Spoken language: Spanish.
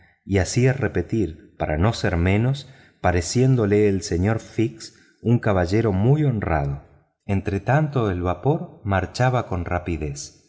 y hacía repetir para no ser menos pareciéndole el señor fix un caballero muy honrado entretanto el vapor marchaba con rapidez